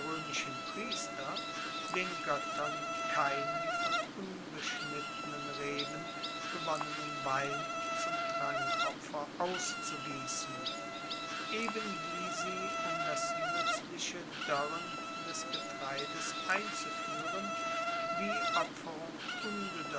priester den goettern keinen von unbeschnittenen reben gewonnenen wein zum trankopfer auszugiessen eben wie sie um das nuetzliche doerren des getreides einzufuehren die